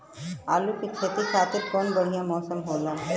आलू के खेती खातिर कउन मौसम बढ़ियां होला?